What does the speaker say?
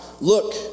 look